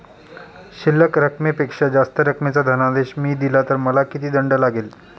शिल्लक रकमेपेक्षा जास्त रकमेचा धनादेश मी दिला तर मला किती दंड लागेल?